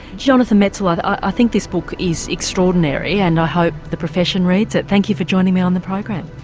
jonathan metzl, ah i think this book is extraordinary and i hope the profession reads it. thank you for joining me on the program.